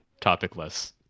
topicless